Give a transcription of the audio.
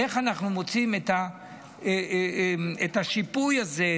איך אנחנו מוצאים את השיפוי הזה,